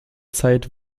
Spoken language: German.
zeit